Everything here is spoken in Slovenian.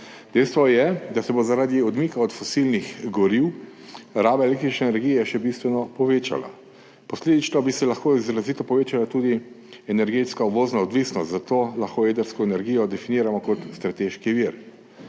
Dejstvo je, da se bo zaradi odmika od fosilnih goriv raba električne energije še bistveno povečala. Posledično bi se lahko izrazito povečala tudi energetska uvozna odvisnost. Zato lahko jedrsko energijo definiramo kot strateški vir.